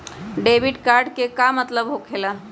Debit card के का मतलब होकेला?